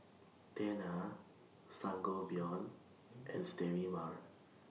Tena Sangobion and Sterimar